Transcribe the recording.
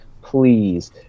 please